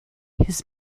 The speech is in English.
his